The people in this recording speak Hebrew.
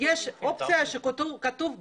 יש אופציה שכתוב 'בבירור'.